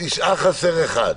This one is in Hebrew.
תשעה, חסר אחד.